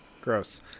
Gross